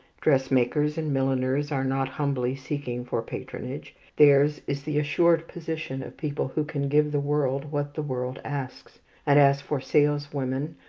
dressmakers and milliners are not humbly seeking for patronage theirs is the assured position of people who can give the world what the world asks and as for saleswomen,